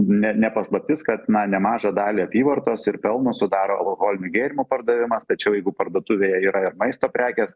ne ne paslaptis kad nemažą dalį apyvartos ir pelno sudaro alkoholinių gėrimų pardavimas tačiau jeigu parduotuvėje yra ir maisto prekės